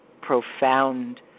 profound